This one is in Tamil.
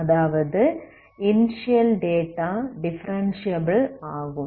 அதாவது இனிஸியல் டேட்டா டிஃபரென்ஸியபில் ஆகும்